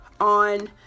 on